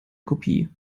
kopie